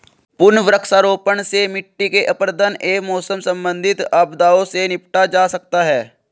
पुनः वृक्षारोपण से मिट्टी के अपरदन एवं मौसम संबंधित आपदाओं से निपटा जा सकता है